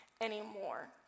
anymore